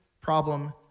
problem